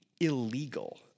illegal